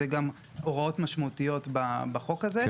שהן הוראות משמעותיות בחוק הזה,